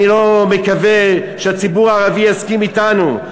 אני לא מקווה שהציבור הערבי יסכים אתנו,